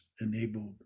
enabled